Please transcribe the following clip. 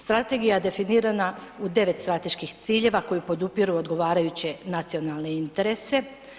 Strategija definirana u 9 strateških ciljeva koje podupiru odgovarajuće nacionalne interese.